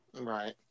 Right